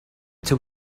till